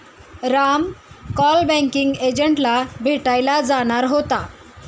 राम काल बँकिंग एजंटला भेटायला जाणार होता